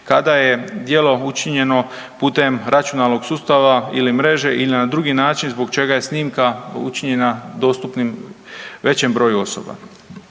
kada je djelo učinjeno putem računalnog sustava ili mreže ili na drugi način zbog čega snimka učinjena dostupnim većem broju osoba.